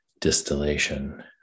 distillation